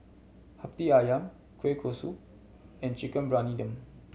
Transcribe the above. Hati Ayam kueh kosui and Chicken Briyani Dum